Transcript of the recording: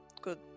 good